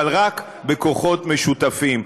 אבל רק בכוחות משותפים.